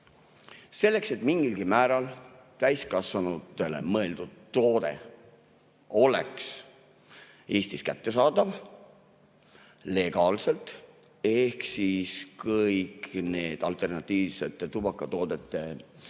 Selleks, et mingilgi määral see täiskasvanutele mõeldud toode oleks Eestis kättesaadav legaalselt ehk siis kõik need alternatiivsetes tubakatoodetes sisalduvad